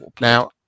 now